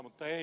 mutta ei